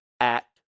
act